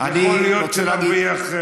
יכול להיות שנרוויח שהשר,